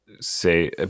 say